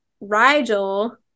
Rigel